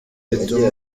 bituma